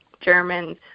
Germans